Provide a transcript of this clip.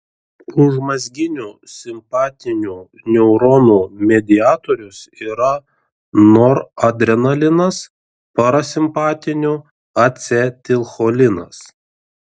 užmazginių simpatinių neuronų mediatorius yra noradrenalinas parasimpatinių acetilcholinas